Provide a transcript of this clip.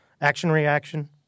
Action-reaction